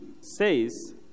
says